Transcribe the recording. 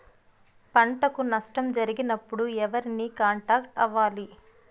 పంటకు నష్టం జరిగినప్పుడు ఎవరిని కాంటాక్ట్ అవ్వాలి?